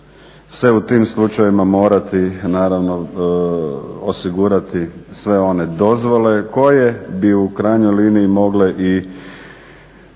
se u tim slučajevima morati osigurati sve one dozvole koje bi u krajnjoj liniji mogle i